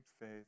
faith